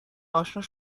اشنا